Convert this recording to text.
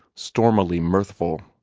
stormily mirthful.